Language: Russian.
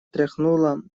тряхнула